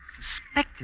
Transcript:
suspected